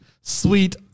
Sweet